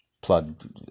plug